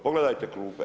Pogledajte klupe.